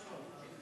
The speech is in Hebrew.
משהו על חנוכה.